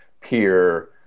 peer